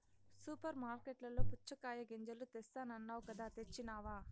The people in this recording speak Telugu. సూపర్ మార్కట్లలో పుచ్చగాయ గింజలు తెస్తానన్నావ్ కదా తెచ్చినావ